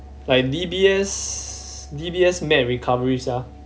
like D_B_S D_B_S mad recovery sia